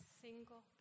single